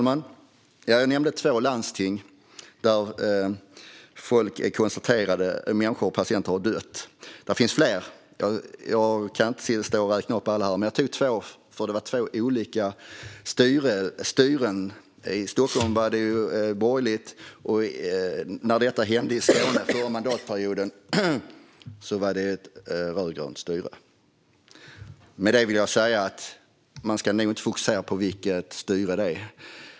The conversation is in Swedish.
Herr talman! Jag nämnde två landsting där människor har konstaterat att patienter har dött. Det finns fler. Jag kan inte stå och räkna upp alla här. Jag tog upp två, för det var två olika styren. I Stockholm var det borgerligt. Och när detta hände i Skåne förra mandatperioden var det ett rödgrönt styre. Med det vill jag säga: Man ska nog inte fokusera på vilket styre det är.